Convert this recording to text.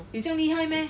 有将厉害 meh